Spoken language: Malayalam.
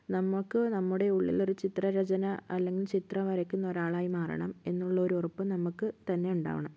നമുക്ക് നമ്മുടെ ഉള്ളിൽ ഒരു ചിത്ര രചന അല്ലെങ്കിൽ ചിത്രം വരക്കുന്ന ഒരാളായി മാറണം എന്നുള്ള ഒരു ഉറപ്പ് നമുക്ക് തന്നെ ഉണ്ടാവണം